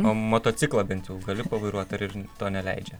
o motociklą bent jau gali pavairuot ar ir to neleidžia